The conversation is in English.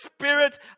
Spirit